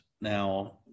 now